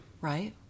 Right